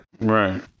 right